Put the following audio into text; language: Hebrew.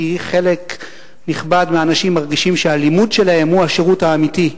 כי חלק נכבד מהאנשים מרגישים שהלימוד שלהם הוא השירות האמיתי,